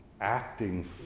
acting